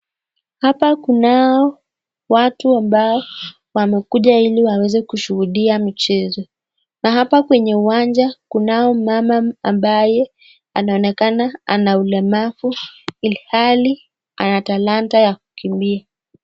Hapa kuna watu ambao wamekuja ili waweze kushuhudia michezo, na hapa kwa uwanja kuna mama ambaye anaonekana ana ulemavu ilhali ana talanta ya kukimbia.